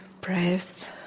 breath